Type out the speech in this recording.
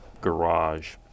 garage